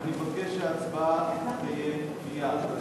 אני מבקש שההצבעה תתקיים מייד.